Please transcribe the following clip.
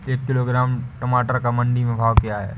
एक किलोग्राम टमाटर का मंडी में भाव क्या है?